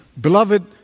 Beloved